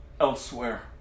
Elsewhere